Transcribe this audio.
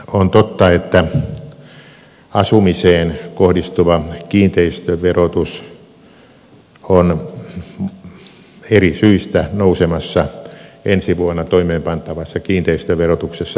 on totta että asumiseen kohdistuva kiinteistöverotus on eri syistä nousemassa ensi vuonna toimeenpantavassa kiinteistöverotuksessa merkittävästi